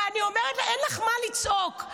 אין לך מה לצעוק.